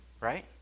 Right